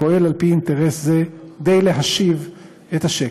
פועל על פי אינטרס זה כדי להשיב את השקט.